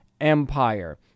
empire